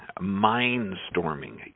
mind-storming